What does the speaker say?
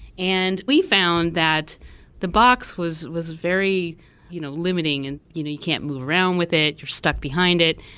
and we found that the box was was very you know limiting and you know you can't move around with it, you're stuck behind it.